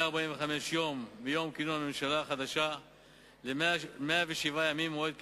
מ-45 יום מיום כינון הממשלה החדשה ל-107 ימים ממועד כינונה.